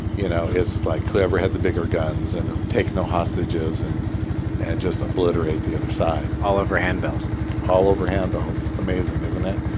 you know, it's like whoever had the bigger guns and take no hostages and and just obliterate the other side all over handbells all over handbells. it's amazing, isn't it?